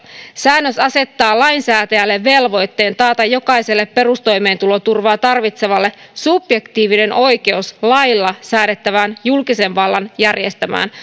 säännös asettaa lainsäätäjälle velvoitteen taata jokaiselle perustoimeentuloturvaa tarvitsevalle subjektiivinen oikeus lailla säädettävään julkisen vallan järjestämään